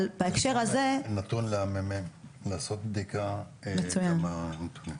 אבל בהקשר הזה --- תנו ל-מ.מ.מ לעשות בדיקה עם הנתונים.